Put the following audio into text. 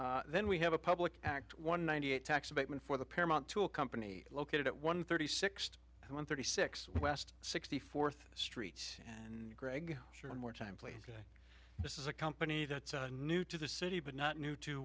you then we have a public act one ninety eight tax abatement for the paramount to a company located at one thirty six to one thirty six west sixty fourth street and gregg sure and more time please god this is a company that's new to the city but not new to